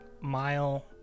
mile